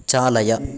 चालय